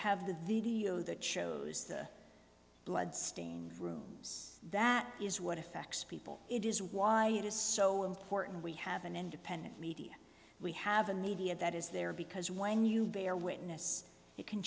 have the video that shows the blood stained rooms that is what effects people it is why it is so important we have an independent media we have a needy and that is there because when you bear witness it can